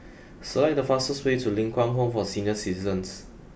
select the fastest way to Ling Kwang Home for Senior Citizens